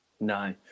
No